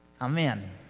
Amen